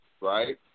right